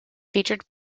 featured